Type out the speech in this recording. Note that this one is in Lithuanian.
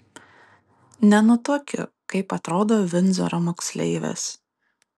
nenutuokiu kaip atrodo vindzoro moksleivės